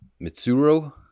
mitsuru